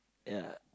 ya